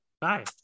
Bye